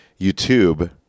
YouTube